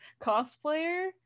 cosplayer